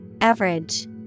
Average